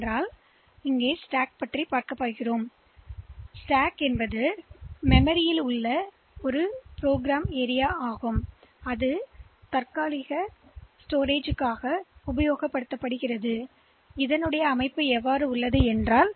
எனவே இது மெதுவாக இருப்பதைக் காண்போம்அடையாளம் காணப்பட்ட மெமரிஒரு பகுதி தற்காலிக தகவல்களைச் சேமிப்பதற்கான நிரலால்